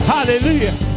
Hallelujah